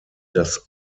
das